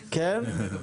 האמת,